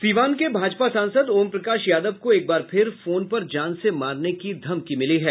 सीवान के भाजपा सांसद ओम प्रकाश यादव को एक बार फिर फोन पर जान से मारने की धमकी मिली है